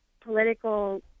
political